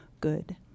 good